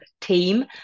team